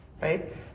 right